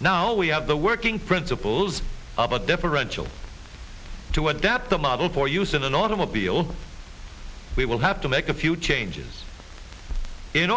now we have the working principles of a differential to adapt the model for use in a automobile we will have to make a few changes in